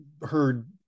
heard